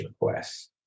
requests